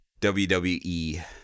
WWE